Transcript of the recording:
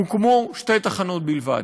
הוקמו שתי תחנות בלבד.